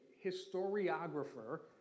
historiographer